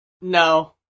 No